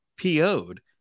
PO'd